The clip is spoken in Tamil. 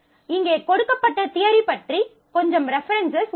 இங்கே கொடுக்கப்பட்ட தியரி பற்றி கொஞ்சம் ரெஃபரன்ஸ்செஸ் உள்ளன